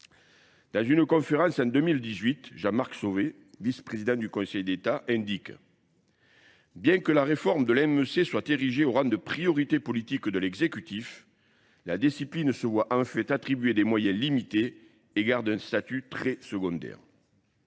Dans une conférence en 2018, Jean-Marc Sauvé, vice-président du Conseil d'État, indique bien que la réforme de l'MEC soit érigée au rang de priorités politiques de l'exécutif, la discipline se voit en fait attribuer des moyens limités et garde un statut très secondaire.